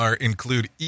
include